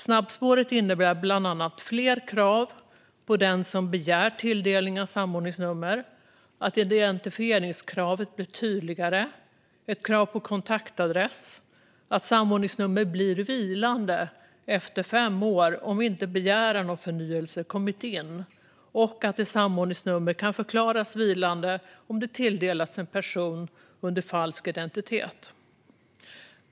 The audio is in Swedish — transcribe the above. Snabbspåret innebär bland annat fler krav på den som begär tilldelning av samordningsnummer, att identifieringskravet blir tydligare, ett krav på kontaktadress, att samordningsnummer blir vilande efter fem år om inte begäran om förnyelse kommit in och att ett samordningsnummer kan förklaras vilande om det tilldelats en person under falsk identitet.